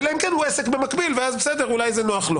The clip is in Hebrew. אלא אם כן הוא עסק במקביל, ואז זה אולי נוח לו.